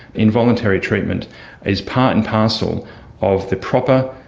involuntary treatment is part and parcel of the proper,